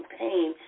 pain